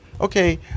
okay